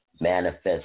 manifest